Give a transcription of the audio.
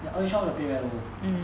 the early childhood the pay very low